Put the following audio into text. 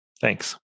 Thanks